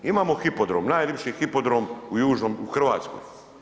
Imamo hipodrom, najlipši hipodrom u južnom, u Hrvatskoj.